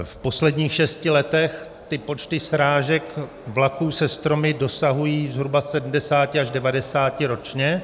V posledních šesti letech počty srážek vlaků se stromy dosahují zhruba 70 až 90 ročně.